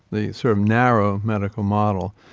the sort of narrow medical model,